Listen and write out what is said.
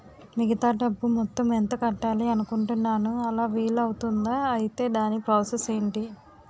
మిగతా డబ్బు మొత్తం ఎంత కట్టాలి అనుకుంటున్నాను అలా వీలు అవ్తుంధా? ఐటీ దాని ప్రాసెస్ ఎంటి?